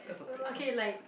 uh okay like